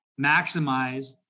maximize